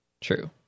True